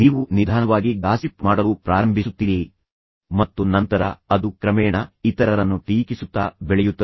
ನೀವು ನಿಧಾನವಾಗಿ ಗಾಸಿಪ್ ಮಾಡಲು ಪ್ರಾರಂಭಿಸುತ್ತೀರಿ ಮತ್ತು ನಂತರ ಅದು ಕ್ರಮೇಣ ಇತರರನ್ನು ಟೀಕಿಸುತ್ತಾ ಬೆಳೆಯುತ್ತದೆ